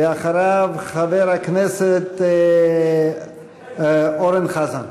ואחריו, חבר הכנסת אורן חזן.